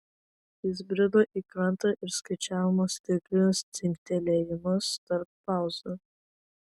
jis brido į krantą ir skaičiavo stiklinius dzingtelėjimus tarp pauzių